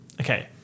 Okay